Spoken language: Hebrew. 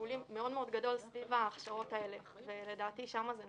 תפעולי מאוד גדול סביב ההכשרות האלה ולדעתי שם זה נופל.